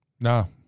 No